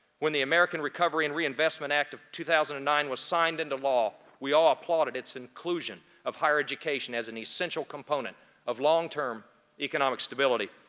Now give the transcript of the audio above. when the american recovery and reinvestment act of two thousand and nine was signed into law, we all applauded its inclusion of higher education as an essential component of long-term economic stability.